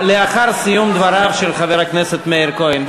לאחר סיום דבריו של השר מאיר כהן.